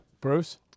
Bruce